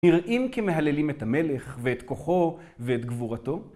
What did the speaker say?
נראים כמהללים את המלך ואת כוחו ואת גבורתו?